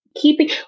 keeping